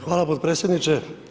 Hvala potpredsjedniče.